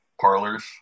parlors